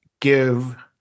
give